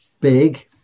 Big